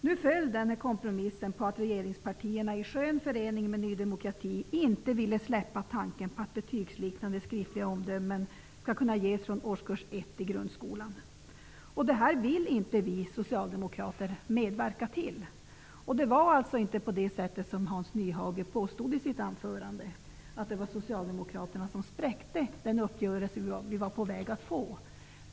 Nu föll kompromissen på att regeringspartierna i skön förening med Ny demokrati inte ville släppa tanken att betygsliknande skriftliga omdömen skall kunna ges i årskurs 1 i grundskolan. Det vill inte vi socialdemokrater medverka till. Det var alltså inte som Hans Nyhage påstod i sitt anförande att det var socialdemokraterna som spräckte den uppgörelse vi var på väg att få.